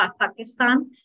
Pakistan